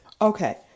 Okay